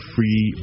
Free